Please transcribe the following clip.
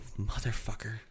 Motherfucker